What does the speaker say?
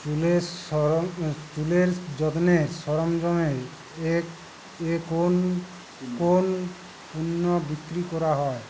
চুলের সরন চুলের যত্নের সরঞ্জামে এ এ কোন কোন পণ্য বিক্রি করা হয়